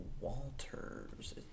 Walters